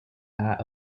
that